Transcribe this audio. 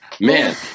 Man